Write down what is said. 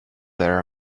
there